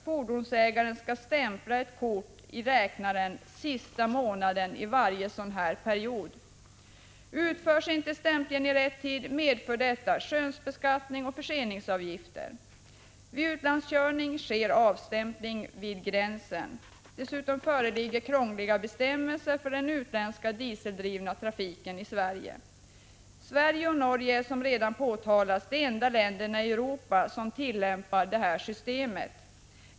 Fordonsägarna skall stämpla ett kort i räknaren sista månaden i varje sådan skatteperiod. Utförs inte stämplingen i rätt tid medför detta skönsbeskattning och förseningsavgifter. Vid utlandskörning skall avstämpling ske vid gränsen. Dessutom föreligger krångliga bestämmelser för den utländska dieseldrivna trafiken i Sverige. Sverige och Norge är, som redan påpekats, de enda länderna i Europa som tillämpar det här systemet.